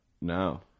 No